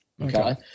Okay